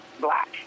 black